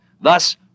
thus